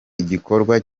igikorwa